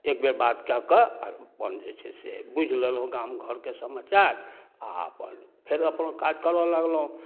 एकबेर बात कऽ कऽ अपन जे छै से बुझि लेलहुँ गामघरके समाचार आओर अपन फेर अपन काज करऽ लगलहुँ